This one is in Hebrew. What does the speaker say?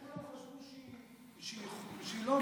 כשכולם חשבו שהיא לא,